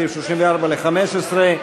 סעיף 34 ל-2015,